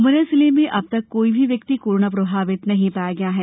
उमरिया जिले में अब तक कोई भी व्यक्ति कोरोना प्रभावित नहीं पाया गया है